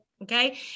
Okay